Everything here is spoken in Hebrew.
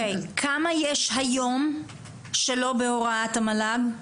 כמה יש היום שלא בהוראת המל"ג?